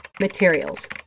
materials